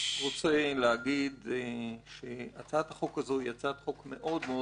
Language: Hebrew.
אני רוצה לומר שהצעת החוק הזו היא הצעת חוק מאוד-מאוד בעייתית.